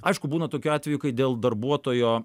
aišku būna tokių atvejų kai dėl darbuotojo